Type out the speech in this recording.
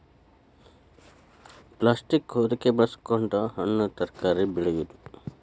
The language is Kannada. ಪ್ಲಾಸ್ಟೇಕ್ ಹೊದಿಕೆ ಬಳಸಕೊಂಡ ಹಣ್ಣು ತರಕಾರಿ ಬೆಳೆಯುದು